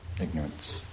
ignorance